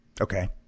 Okay